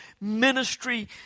ministry